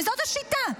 וזאת השיטה.